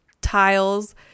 tiles